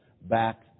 back